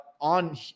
on